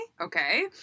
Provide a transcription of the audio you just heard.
okay